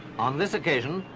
on this occasion,